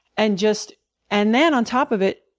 and just and then on top of it,